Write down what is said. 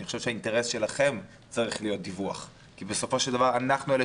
אני חושב שהאינטרס שלכם צריך להיות דיווח כי בסופו של דבר אנחנו אלה